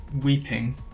Weeping